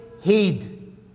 heed